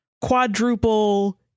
quadruple